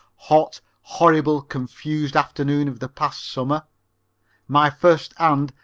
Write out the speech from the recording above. hot, horrible, confused afternoon of the past summer my first, and,